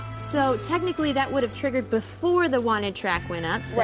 so technically, that would have triggered before the wanted track went up,